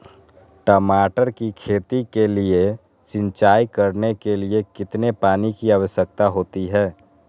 टमाटर की खेती के लिए सिंचाई करने के लिए कितने पानी की आवश्यकता होती है?